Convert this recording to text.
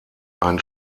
ein